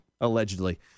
allegedly